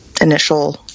initial